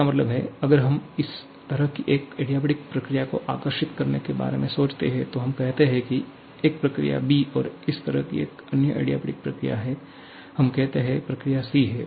इसका मतलब है अगर हम इस तरह की एक एडियाबेटिक प्रक्रिया को आकर्षित करने के बारे में सोचते हैं तो हम कहते हैं कि एक प्रक्रिया b और इस तरह की एक अन्य एडियाबेटिक प्रक्रिया है हम कहते हैं प्रक्रिया c है